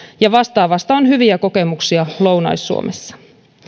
ja vastaavasta on hyviä kokemuksia lounais suomessa